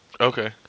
okay